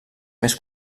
més